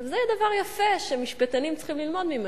זה דבר יפה, שמשפטנים צריכים ללמוד ממנו,